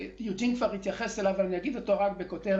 שיוג'ין כבר התייחס אליו אז אני אגיד אותו רק בכותרת,